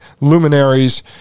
luminaries